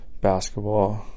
basketball